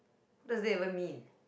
what does that even mean